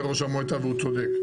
אומר ראש המועצה והוא צודק,